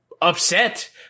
upset